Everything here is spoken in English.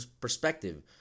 perspective